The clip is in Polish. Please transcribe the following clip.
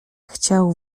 chciał